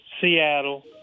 Seattle